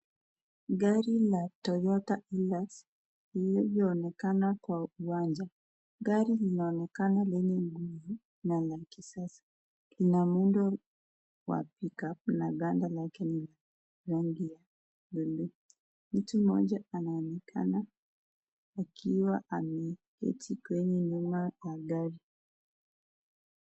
Gari la Toyota Hilux linayonekana kwa uwanja. Gari linaonekana lenye nguvu na la kisasa. Inamuundo wa pick-up na ganda lake ni rangi ya blue . Mtu mmoja anaonekana akiwa ameketi kwenye nyuma ya gari.